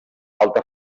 alta